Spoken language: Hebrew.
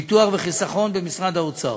ביטוח וחיסכון במשרד האוצר.